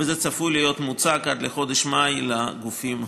וזה צפוי להיות מוצג עד לחודש מאי לגופים הציבוריים.